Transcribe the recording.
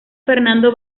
fernando